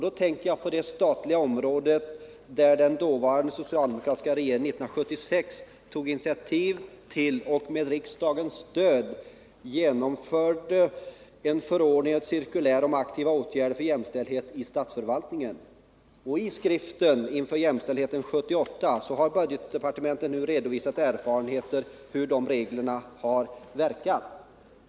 1976 tog den dåvarande socialdemokratiska regeringen initiativ till och införde med riksdagens stöd en förordning om aktiva åtgärder för jämställdhet i statsförvaltningen. Budgetdepartementet har nu redovisat erfarenheterna av hur reglerna har verkat.